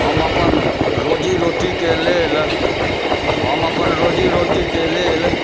हम अपन रोजी रोटीके लेल हम अपन रोजी रोटीके लेल